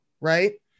right